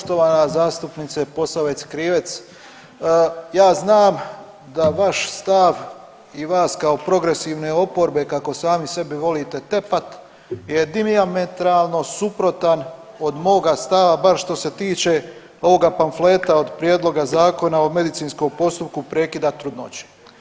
Poštovana zastupnice Posavec Krivec, ja znam da vaš stav i vas kao progresivne oporbe kako sami sebi volite tepat je dijametralno suprotan od moga stava bar što se tiče ovoga pamfleta od prijedloga zakona o medicinskom postupku prekida trudnoće.